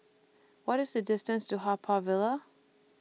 What IS The distance to Haw Par Villa